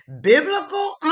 Biblical